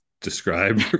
describe